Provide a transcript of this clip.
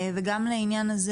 וגם לעניין הזה